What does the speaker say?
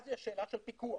אז יש שאלה של פיקוח,